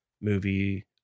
movie